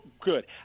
good